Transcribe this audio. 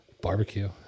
Barbecue